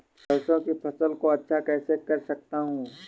सरसो की फसल को अच्छा कैसे कर सकता हूँ?